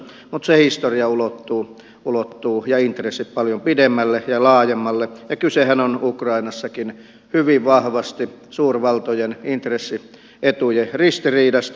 mutta se historia ja intressit ulottuvat paljon pidemmälle ja laajemmalle ja kysehän on ukrainassakin hyvin vahvasti suurvaltojen intressietujen ristiriidasta